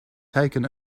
taken